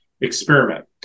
experiment